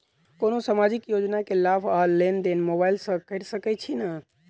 कोनो सामाजिक योजना केँ लाभ आ लेनदेन मोबाइल सँ कैर सकै छिःना?